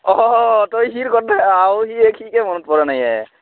অঁ তই সেই কথা আও সি সিকে মনত পৰা নাইয়ে